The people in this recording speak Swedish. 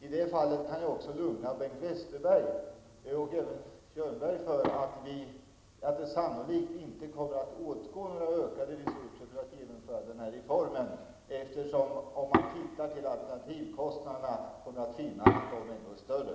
I det sammanhanget kan jag också lugna Bengt Westerberg och även Bo Könberg: det kommer sannolikt inte att åtgå några ökade resurser för att genomföra denna reform. Om man ser på alternativkostnaderna kommer man att finna att de blir större.